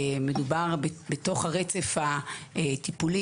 מדובר בצומת חשוב ביותר בתוך הרצף הטיפולי.